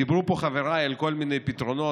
דיברו פה חבריי על כל מיני פתרונות,